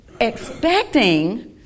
expecting